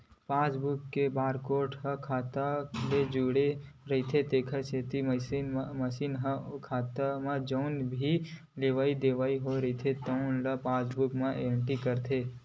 passbook के barcode ह खाता ले जुड़े रहिथे तेखर सेती मसीन ह ओ खाता म जउन भी लेवइ देवइ होए रहिथे तउन ल पासबूक म एंटरी करथे